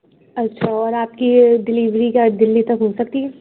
اچھا اور آپ کی ڈلیوری کا دلی تک ہو سکتی ہے